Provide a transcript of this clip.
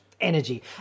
energy